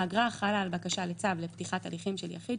האגרה חלה על בקשה לצו לפתיחת הליכים של יחיד,